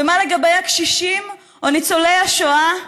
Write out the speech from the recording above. ומה לגבי הקשישים או ניצולי השואה,